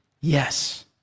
yes